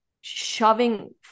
shoving